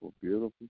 beautiful